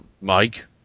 Mike